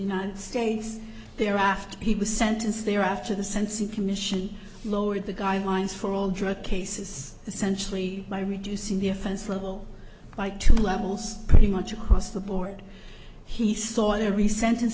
united states there after he was sentenced there after the sensing commission lowered the guidelines for all drug cases essentially by reducing the offense level by two levels pretty much across the board he saw every sentence